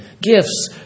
Gifts